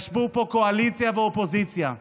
ישבו פה הקואליציה והאופוזיציה.